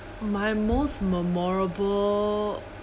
my most memorable